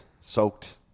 Soaked